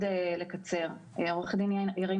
ללכת כמה צעדים אחורה ושוב,